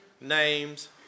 names